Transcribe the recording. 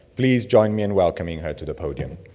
please join me in welcoming her to the podium.